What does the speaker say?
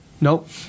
Nope